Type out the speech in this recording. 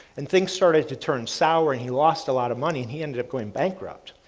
and things started to turn sour and he lost a lot of money and he ended up going bankrupt.